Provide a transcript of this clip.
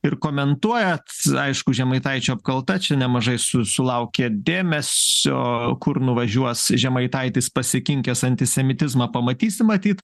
ir komentuojat aišku žemaitaičio apkalta čia nemažai su sulaukė dėmesio kur nuvažiuos žemaitaitis pasikinkęs antisemitizmą pamatysim matyt